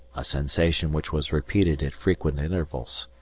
a sensation which was repeated at frequent intervals,